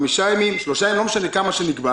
חמישה ימים כמה שנקבע